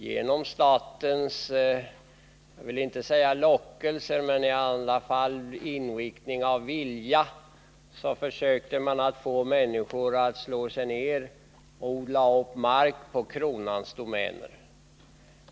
Genom statens inriktning av vilja — jag vill inte använda ordet lockelser — försökte man få människor att slå sig ned och odla upp mark på kronans domäner.